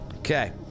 Okay